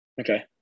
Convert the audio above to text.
Okay